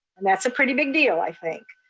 and that's a pretty big deal i think.